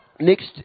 Next